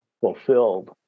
fulfilled